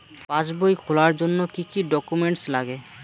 পাসবই খোলার জন্য কি কি ডকুমেন্টস লাগে?